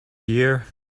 year